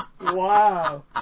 Wow